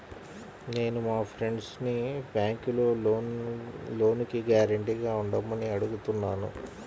నేను మా ఫ్రెండ్సుని బ్యేంకులో లోనుకి గ్యారంటీగా ఉండమని అడుగుతున్నాను